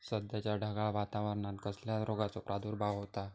सध्याच्या ढगाळ वातावरणान कसल्या रोगाचो प्रादुर्भाव होता?